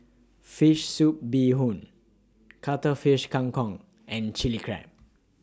Fish Soup Bee Hoon Cuttlefish Kang Kong and Chilli Crab